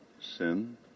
sin